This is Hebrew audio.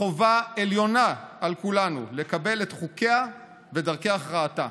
אך חובה עליונה על כולנו לקבל את חוקיה ודרכי הכרעתה.